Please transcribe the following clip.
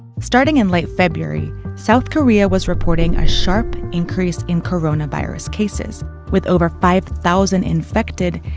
starting in late february, south korea was reporting a sharp increase in coronavirus cases. with over five thousand infected,